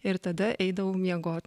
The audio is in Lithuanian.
ir tada eidavau miegot